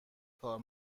کار